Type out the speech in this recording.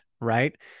right